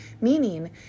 meaning